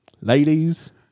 ladies